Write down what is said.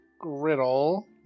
Griddle